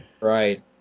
Right